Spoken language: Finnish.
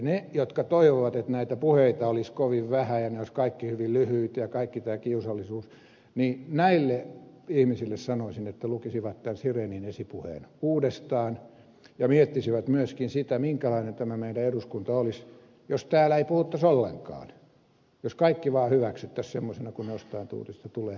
niille jotka toivovat että näitä puheita olisi kovin vähän ja ne olisivat kaikki hyvin lyhyitä ja olisi poissa kaikki tämä kiusallisuus näille ihmisille sanoisin että lukisivat tämän sirenin esipuheen uudestaan ja miettisivät myöskin sitä minkälainen tämä meidän eduskuntamme olisi jos täällä ei puhuttaisi ollenkaan jos kaikki vaan hyväksyttäisiin semmoisena kuin se jostain tuutista tulee